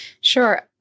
Sure